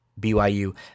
BYU